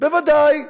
בוודאי.